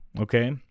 Okay